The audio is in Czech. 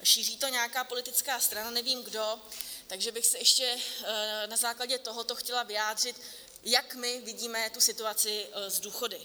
Šíří to nějaká politická strana, nevím kdo, takže bych se ještě na základě tohoto chtěla vyjádřit, jak my vidíme situaci s důchody.